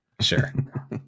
Sure